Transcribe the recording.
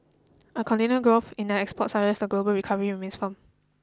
a continued growth in the exports suggest the global recovery remains firm